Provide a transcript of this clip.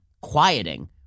quieting